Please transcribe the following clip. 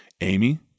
Amy